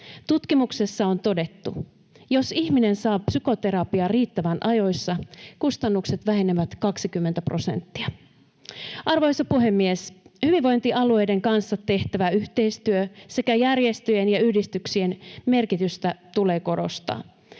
Tutkimuksessa on todettu, että jos ihminen saa psykoterapiaa riittävän ajoissa, kustannukset vähenevät 20 prosenttia. Arvoisa puhemies! Hyvinvointialueiden kanssa tehtävän yhteistyön sekä järjestöjen ja yhdistyksien merkitystä tulee korostaa.